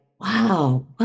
wow